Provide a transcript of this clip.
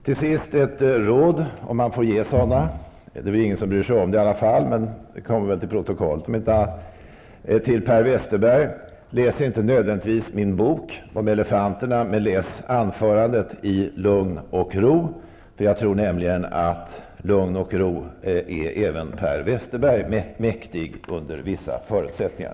Till sist ett råd om man nu får ge sådana. Det är ändå ingen som bryr sig om det, men det kommer i alla fall till protokollet. Till Per Westerberg: Läs inte nödvändigtvis min bok om elefanterna, men läs anförandet i lugn och ro. Jag tror nämligen att även Per Westerberg är mäktig lugn och ro under vissa förutsättningar.